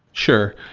sure.